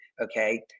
Okay